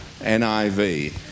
NIV